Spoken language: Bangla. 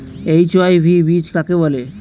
এইচ.ওয়াই.ভি বীজ কাকে বলে?